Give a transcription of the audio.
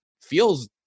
feels